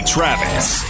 Travis